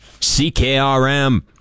CKRM